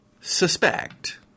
suspect